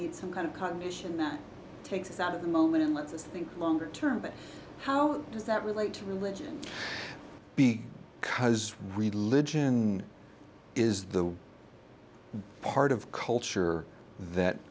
need some kind of cognition that takes us out of the moment and lets us think longer term but how does that relate to religion be because religion is the part of culture that